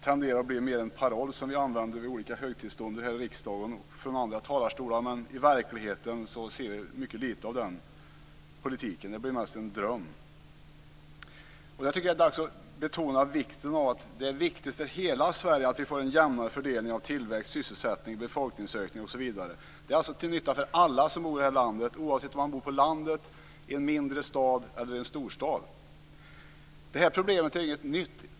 tenderar att bli mer en paroll som används vid olika högtidsstunder här i riksdagen, men i verkligheten ser vi mycket lite av den politiken. Det är mest en dröm. Det är dags att betona att det är viktigt för hela Sverige att det blir en jämnare fördelning av tillväxt, sysselsättning, befolkningsökning osv. Det är till nytta för alla som bor här, oavsett om man bor på landet, i en mindre stad eller i en storstad. Problemet är inte nytt.